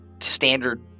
standard